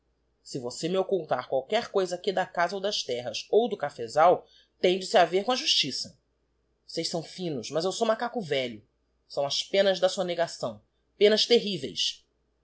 si você me occultar qualquer coisa aqui da casa ou das terras ou do cafesal tem de se haver com a justiça vocês são finos mas eu sou macaco velho são as penas da sonegação penas terríveis